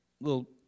little